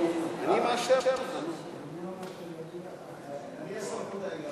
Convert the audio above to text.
התשע"ד 2013, לוועדת הכספים נתקבלה.